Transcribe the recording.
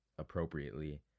appropriately